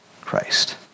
Christ